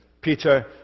Peter